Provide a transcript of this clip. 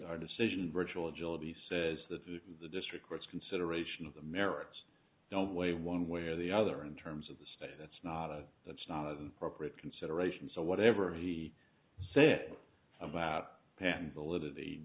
agility decision virtual agility says that the district court's consideration of the merits don't weigh one way or the other in terms of the state that's not that's not appropriate consideration so whatever he said about pan validity